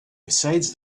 besides